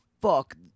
fuck